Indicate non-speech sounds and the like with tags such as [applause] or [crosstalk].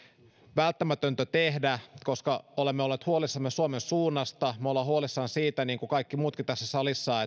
välttämätöntä tehdä koska olemme olleet huolissamme suomen suunnasta me olemme huolissamme siitä niin kuin kaikki muutkin tässä salissa [unintelligible]